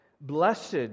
Blessed